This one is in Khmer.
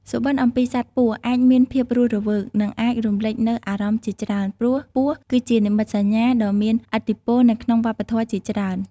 សុបិនអំពីសត្វពស់អាចមានភាពរស់រវើក និងអាចរំលេចនូវអារម្មណ៍ជាច្រើន ព្រោះពស់គឺជានិមិត្តសញ្ញា ដ៏មានឥទ្ធិពលនៅក្នុងវប្បធម៌ជាច្រើន។